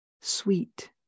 sweet